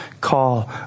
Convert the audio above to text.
call